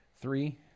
Three